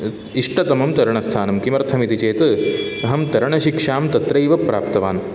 इष्टतमं तरणस्थानं किमर्थमिति चेत् अहं तरणशिक्षां तत्रैव प्राप्तवान्